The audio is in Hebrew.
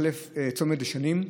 צומת דשנים,